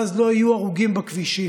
ואז לא היו הרוגים בכבישים.